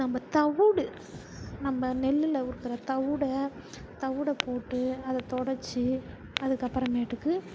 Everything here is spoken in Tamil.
நம்ம தவிடு நம்ம நெல்லில் உருக்கிற தவிட தவிட போட்டு அதை தொடைச்சி அதுக்கு அப்புறமேட்டுக்கு